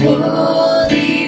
Holy